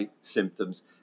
symptoms